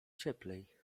cieplej